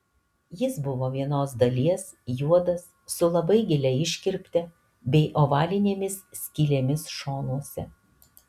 jis buvo vienos dalies juodas su labai gilia iškirpte bei ovalinėmis skylėmis šonuose